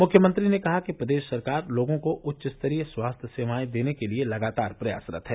मुख्यमंत्री ने कहा कि प्रदेश सरकार लोगों को उच्च स्तरीय स्वास्थ्य सेवाएं देने के लिए लगातार प्रयासरत है